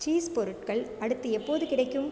cheese பொருட்கள் அடுத்து எப்போது கிடைக்கும்